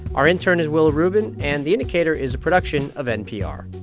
our intern is willa rubin. and the indicator is a production of npr